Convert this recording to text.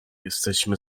jesteśmy